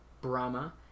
Brahma